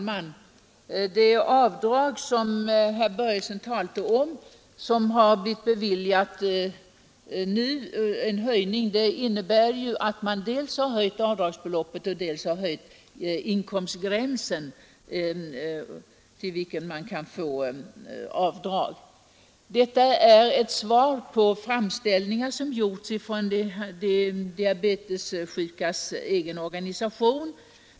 Herr talman! Herr Börjesson i Falköping talade om den höjning av avdraget för diabetessjuka som nu har beviljats. Förutom att avdragsbeloppet har höjts har också inkomstgränserna höjts. Detta har skett som svar på framställningar från de diabetessjukas egen organisation.